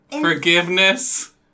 forgiveness